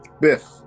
Biff